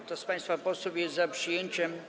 Kto z państwa posłów jest za przyjęciem.